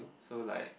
so like